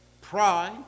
pride